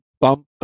bump